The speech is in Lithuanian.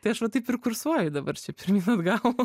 tai aš va taip ir kursuoju dabar čia pirmyn atgal